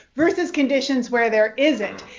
versus conditions where there isn't.